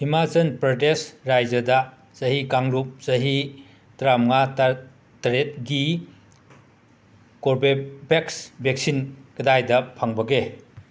ꯍꯤꯃꯥꯆꯟ ꯄꯔꯗꯦꯁ ꯔꯥꯏꯖꯗ ꯆꯍꯤ ꯀꯥꯡꯂꯨꯞ ꯆꯍꯤ ꯇꯔꯥꯃꯉꯥ ꯇꯔꯥꯇꯔꯦꯠꯀꯤ ꯀꯣꯔꯕꯦꯕꯦꯛꯁ ꯕꯦꯛꯁꯤꯟ ꯀꯗꯥꯏꯗ ꯐꯪꯕꯒꯦ